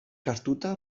hartuta